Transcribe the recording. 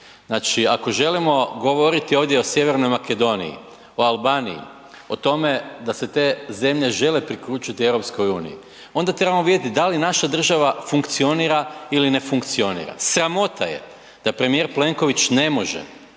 Znači ako želimo ovdje govoriti o Sjevernoj Makedoniji, o Albaniji, o tome da se te zemlje žele priključiti EU, onda trebamo vidjeti da li naša država funkcionira ili ne funkcionira. Sramota je da premijer Plenković ne može